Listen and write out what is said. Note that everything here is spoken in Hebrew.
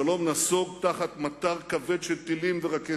השלום נסוג תחת מטר כבד של טילים ורקטות.